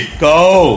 go